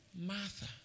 Martha